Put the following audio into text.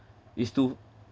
is to